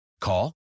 Call